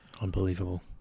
Unbelievable